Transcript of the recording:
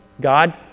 God